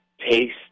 taste